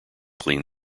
clean